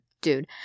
dude